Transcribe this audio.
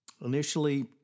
Initially